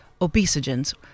obesogens